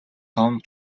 том